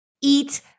eat